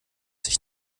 sich